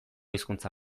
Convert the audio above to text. hizkuntza